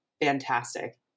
fantastic